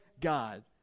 God